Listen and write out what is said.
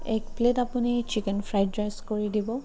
এক প্লেট আপুনি chicken fried rice কৰি দিব